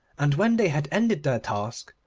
and when they had ended their task,